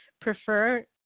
prefer